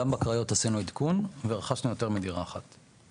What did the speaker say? גם בקריות עשינו עדכון ורכשנו יותר מדירה אחת.